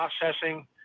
processing